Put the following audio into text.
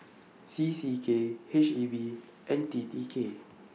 C C K H E B and T T K